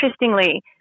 interestingly